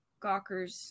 gawkers